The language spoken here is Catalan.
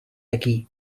aquí